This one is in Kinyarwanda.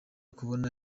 kubona